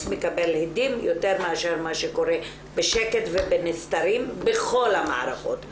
מקבל הדים יותר מאשר מה שקורה בשקט ובנסתרים בכל המערכות,